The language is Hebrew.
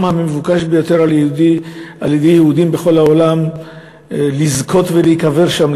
המבוקש ביותר על-ידי יהודים בכל העולם לזכות ולהיקבר שם,